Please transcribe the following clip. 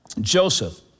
Joseph